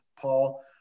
Paul